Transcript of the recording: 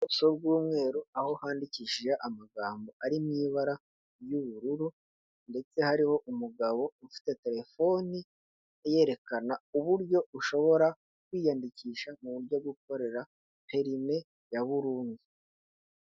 Ubuso bw'umweru aho handikishije amagambo ari mu ibara, ry'ubururu ndetse hariho umugabo ufite telefoni, yerekana uburyo ushobora kwiyandikisha. Mu buryo bwo gukorera perime ya burudu.